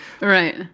Right